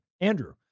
Andrew